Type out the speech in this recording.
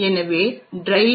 எனவே driver